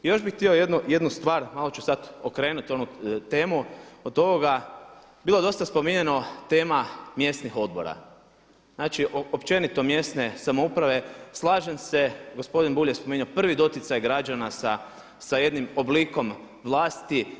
I još bi htio jednu stvar, malo ću sad okrenut onu temu od ovoga, bilo je dosta spominjano tema mjesnih odbora, znači općenito mjesne samouprave, slažem se, gospodin Bulj je spominjao prvi doticaj građana sa jednim oblikom vlasti.